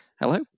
Hello